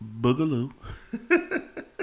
boogaloo